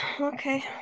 okay